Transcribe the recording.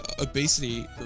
obesity